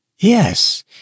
Yes